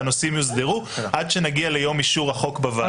והנושאים יוסדרו עד שנגיע ליום אישור החוק בוועדה.